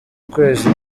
ukwezi